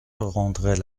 rendrait